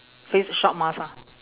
face shop mask ah